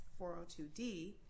402d